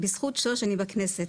בזכות שוש אני בכנסת,